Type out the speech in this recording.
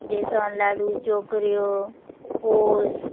बेसन लाडू चोकऱ्यो पोस